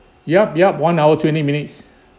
yup yup one hour twenty minutes